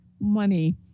money